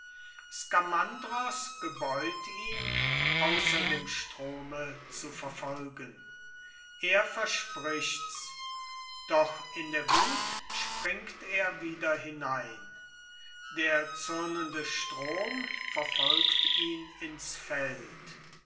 gebeut ihm außer dem strome zu verfolgen er verspricht's doch in der wut springt er wieder hinein der zürnende strom verfolgt ihn ins feld